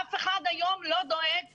אף אחד היום לא דואג למערכת.